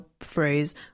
phrase